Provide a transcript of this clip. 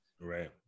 Right